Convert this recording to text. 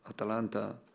Atalanta